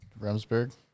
Remsburg